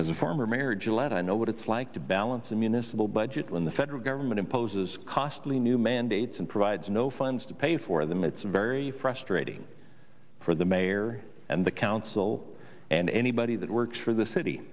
as a former marriage led i know what it's like to balance a municipal budget when the federal government imposes costly new mandates and provides no funds to pay for them it's very frustrating for the mayor and the council and anybody that works for the city